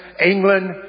England